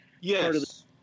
Yes